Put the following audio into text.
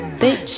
bitch